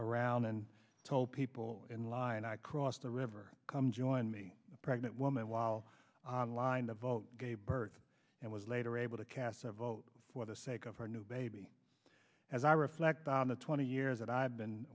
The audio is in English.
around and told people in line i crossed the river come join me a pregnant woman while on line to vote gave birth and was later able to cast a vote for the sake of her new baby as i reflect on the twenty years that i've been